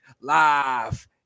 live